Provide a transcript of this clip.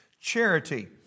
charity